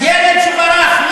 ילד שברח,